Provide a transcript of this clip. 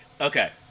Okay